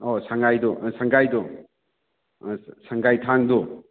ꯑꯣ ꯁꯪꯒꯥꯏꯗꯣ ꯁꯪꯒꯥꯏ ꯊꯥꯡꯗꯣ